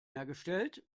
hergestellt